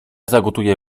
zagotuję